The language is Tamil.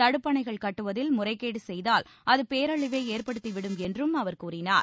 தடுப்பணைகள் கட்டுவதில் முறைகேடு செய்தால் அது பேரழிவை ஏற்படுத்தி விடும் என்றும் அவர் கூறினார்